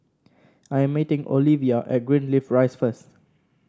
I'm meeting Olevia at Greenleaf Rise first